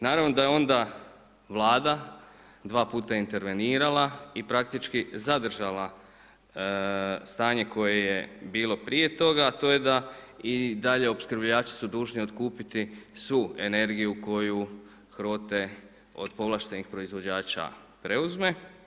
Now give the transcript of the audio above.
Naravno da je onda Vlada dva puta intervenirala i praktički zadržala stanje koje je bilo prije toga, a to je da i dalje opskrbljivači su dužni otkupiti svu energiju koju HROTE od povlaštenih proizvođača preuzme.